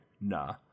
Nah